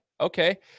okay